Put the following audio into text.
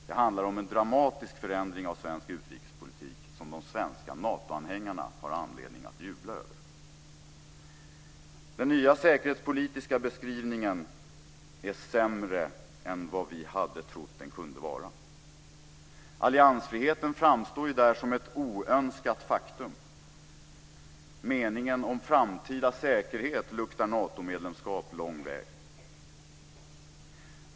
Det handlar om en dramatisk förändring av svensk utrikespolitik som de svenska Natoanhängarna har anledning att jubla över. Den nya säkerhetspolitiska beskrivningen är sämre än vi hade trott att den kunde vara. Alliansfriheten framstår där som ett oönskat faktum. Meningen om framtida säkerhet luktar Natomedlemskap lång väg.